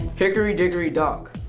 hickory dickory dock.